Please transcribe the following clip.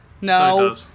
no